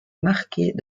marquée